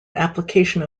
application